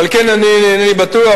ועל כן אני אינני בטוח,